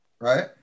Right